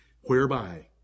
Whereby